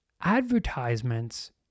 advertisements